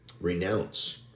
renounce